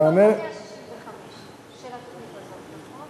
מתוך ה-165 של התוכנית הזאת, נכון?